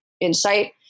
insight